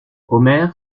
omer